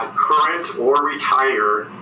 current or retired,